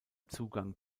zugang